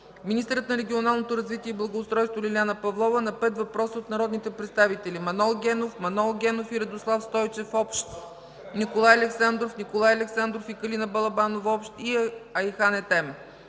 министърът на регионалното развитие и благоустройството Лиляна Павлова – на пет въпроса от народните представители Манол Генов, Манол Генов и Радослав Стойчев – общ, Николай Александров, Николай Александров и Калина Балабанова – общ, и Айхан Етем;